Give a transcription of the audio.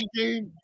game